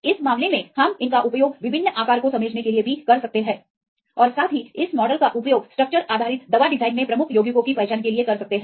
इस मामले में हम इनका उपयोग विभिन्न आकार को समझने के लिए भी कर सकते हैं और साथ ही इस मॉडल का उपयोग स्ट्रक्चर आधारित दवा डिजाइन में प्रमुख यौगिकों की पहचान के लिए कर सकते हैं